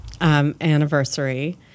anniversary